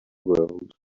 world